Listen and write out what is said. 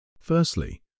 Firstly